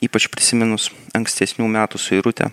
ypač prisiminus ankstesnių metų suirutę